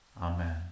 Amen